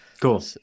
Cool